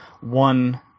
one